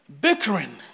bickering